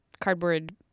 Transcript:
cardboard